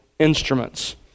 instruments